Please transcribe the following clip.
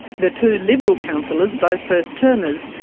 the two liberal councillors, both first-termers,